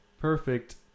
Perfect